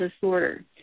disorder